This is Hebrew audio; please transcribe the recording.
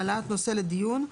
העלאת נושא לדיון,